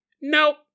Nope